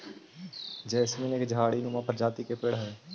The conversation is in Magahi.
जैस्मीन एक झाड़ी नुमा प्रजाति के पेड़ हई